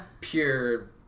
pure